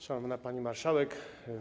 Szanowna Pani Marszałek!